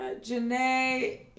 janae